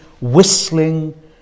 whistling